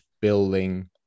building